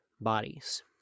bodies